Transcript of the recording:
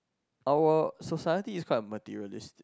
our society is quite materialistic